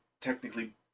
technically